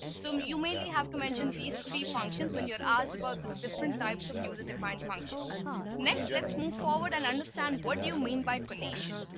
so you may only have to mention these three functions when you're asked about the different types of user defined functions next. let's move forward and understand. what do you mean by collation?